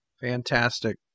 Fantastic